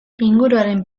inguruaren